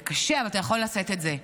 זה קשה, אבל אתה יכול לשאת את זה,